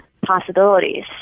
possibilities